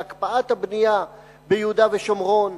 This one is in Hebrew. בהקפאת הבנייה ביהודה ושומרון,